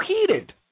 heated